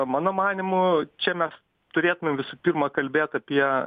mano manymu čia mes turėtumėm visų pirma kalbėt apie